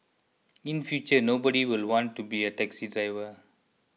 in future nobody will want to be a taxi driver